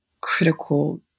critical